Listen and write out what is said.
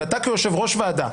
ואתה כיושב-ראש ועדה,